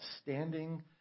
standing